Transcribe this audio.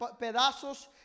pedazos